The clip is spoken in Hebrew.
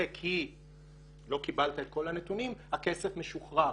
כי לא קיבלת את כל הנתונים הכסף משוחרר.